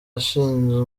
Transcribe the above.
yashinjwe